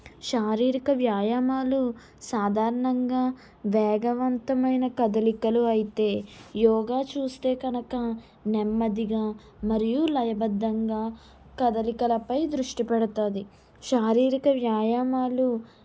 శారీరక వ్యాయామాలు సాధారణంగా వేగవంతమైన కదలికలు అయితే యోగా చూస్తే కనుక నెమ్మదిగా మరియు లయబద్ధంగా కదలికలపై దృష్టి పెడుతుంది శారీరక వ్యాయామాలు